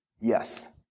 yes